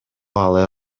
алай